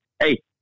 hey